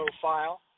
profile